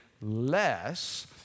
less